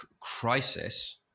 crisis